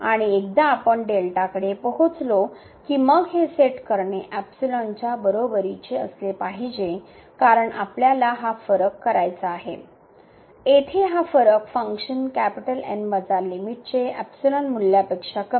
आणि एकदा आपण कडे पोहोचलो की मग हे सेट करणे च्या बरोबरीचे असले पाहिजे कारण आपल्याला हा फरक करायचा आहे येथे हा फरक फंक्शनवजा लीमिट चे मूल्यापेक्षा कमी